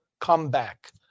comeback